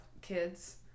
kids